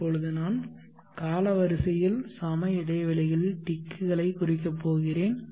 இப்போது நான் காலவரிசையில் சமஇடைவெளிகளில் டிக்குகளை குறிக்கப் போகிறேன்